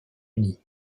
uni